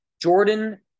Jordan